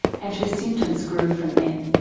and her symptoms grew from then.